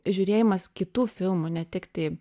žiūrėjimas kitų filmų ne tiktai